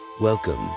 Welcome